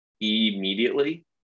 immediately